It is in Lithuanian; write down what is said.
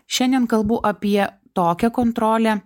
šiandien kalbų apie tokią kontrolę